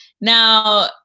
Now